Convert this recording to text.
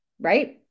right